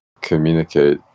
communicate